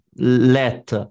let